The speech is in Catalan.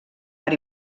per